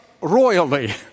royally